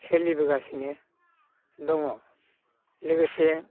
सोलिबोगासिनो दङ लोगोसे